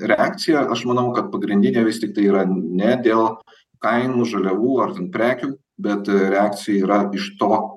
reakcija aš manau kad pagrindinė vis tiktai yra ne dėl kainų žaliavų ar prekių bet reakcija yra iš to